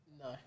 No